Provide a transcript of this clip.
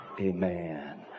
amen